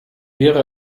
wäre